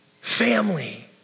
family